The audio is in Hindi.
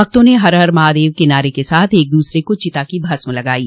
भक्तों ने हर हर महादव नारे के साथ एक दूसरे को चिता की भस्म लगायी